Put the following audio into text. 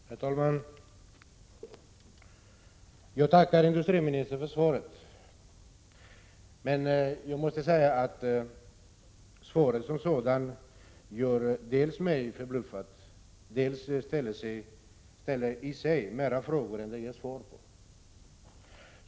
Herr talman! Jag tackar industriministern för svaret, men jag måste säga att svaret som sådant dels gör mig förbluffad, dels ställer fler frågor än det besvarar.